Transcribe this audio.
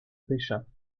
pêcha